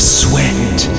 sweat